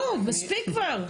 מספיק כבר.